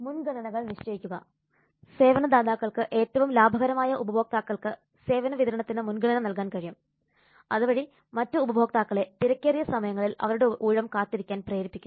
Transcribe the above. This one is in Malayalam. മുൻഗണനകൾ നിശ്ചയിക്കുക സേവനദാതാക്കൾക്ക് ഏറ്റവും ലാഭകരമായ ഉപഭോക്താക്കൾക്ക് സേവന വിതരണത്തിന് മുൻഗണന നൽകാൻ കഴിയും അതുവഴി മറ്റ് ഉപഭോക്താക്കളെ തിരക്കേറിയ സമയങ്ങളിൽ അവരുടെ ഊഴം കാത്തിരിക്കാൻ പ്രേരിപ്പിക്കുന്നു